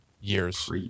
years